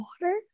water